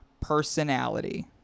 personality